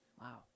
Wow